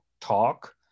Talk